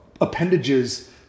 appendages